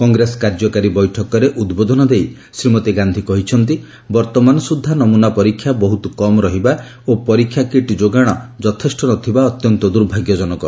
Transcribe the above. କଂଗ୍ରେସ କାର୍ଯ୍ୟକାରୀ ବୈଠକରେ ଉଦ୍ବୋଧନ ଦେଇ ଶ୍ରୀମତୀ ଗାନ୍ଧୀ କହିଛନ୍ତି ବର୍ତ୍ତମାନସୁଦ୍ଧା ନମୂନା ପରୀକ୍ଷା ବହୁତ କମ୍ ରହିବା ଓ ପରୀକ୍ଷା କିଟ୍ ଯୋଗାଣ ଯଥେଷ୍ଟ ନଥିବା ଅତ୍ୟନ୍ତ ଦୂର୍ଭାଗ୍ୟଜନକ